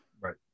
Right